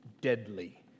deadly